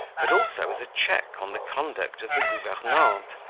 but also as a check on the conduct of the governante,